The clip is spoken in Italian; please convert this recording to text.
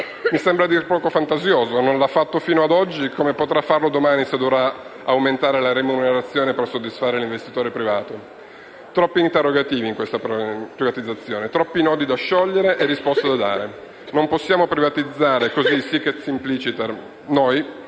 Mi sembra a dir poco fantasioso: non l'ha fatto fino ad oggi, come potrà farlo domani se dovrà aumentare la remunerazione per soddisfare l'investitore privato? Ci sono troppi interrogativi in questa privatizzazione, troppi nodi da sciogliere e risposte da dare. Non possiamo privatizzare cosi *sic et simpliciter*; noi